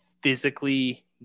physically